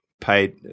paid